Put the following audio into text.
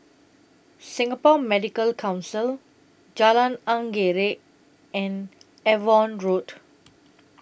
Singapore Medical Council Jalan Anggerek and Avon Road